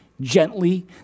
gently